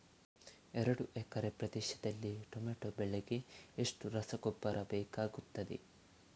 ಎರಡು ಎಕರೆ ಪ್ರದೇಶದಲ್ಲಿ ಟೊಮ್ಯಾಟೊ ಬೆಳೆಗೆ ಎಷ್ಟು ರಸಗೊಬ್ಬರ ಬೇಕಾಗುತ್ತದೆ?